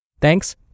thanks